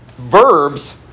verbs